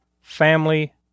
family